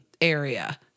area